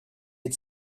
had